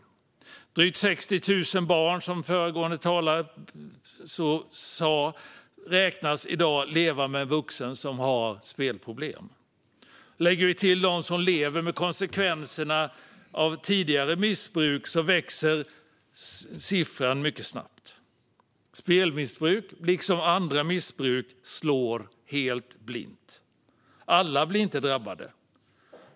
Som föregående talare sa beräknas drygt 60 000 barn i dag leva med en vuxen som har spelproblem. Lägger vi till dem som lever med konsekvenserna av tidigare missbruk växer siffran mycket snabbt. Spelmissbruk, liksom andra missbruk, slår helt blint. Alla blir inte drabbade.